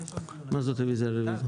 מה זאת רוויזיה על רוויזיה?